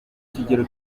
kigero